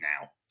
now